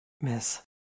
miss